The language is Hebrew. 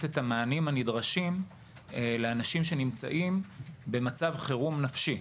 את המענים הנדרשים לאנשים שנמצאים במצב חירום נפשי.